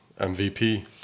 MVP